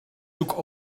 took